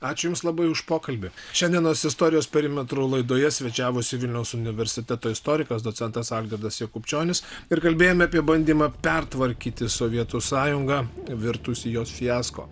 ačiū jums labai už pokalbį šiandienos istorijos perimetrų laidoje svečiavosi vilniaus universiteto istorikas docentas algirdas jakubčionis ir kalbėjome apie bandymą pertvarkyti sovietų sąjungą virtusį jos fiasko